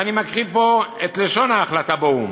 ואני מקריא פה את לשון ההחלטה באו"ם: